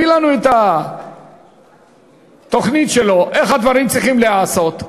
הביא לנו את התוכנית שלו איך הדברים צריכים להיעשות.